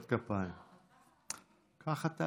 וזה גם כבוד להיות כאן כמפקדו בעבר של מופיד ולזכות בהערכתו